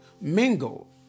mingle